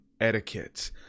etiquette